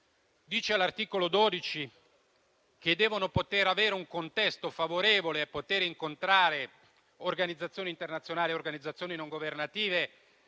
Dice, all'articolo 12, che devono poter avere un contesto favorevole, devono poter incontrare organizzazioni internazionali e organizzazioni non governative